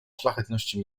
szlachetności